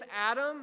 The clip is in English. Adam